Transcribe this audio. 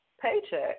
paycheck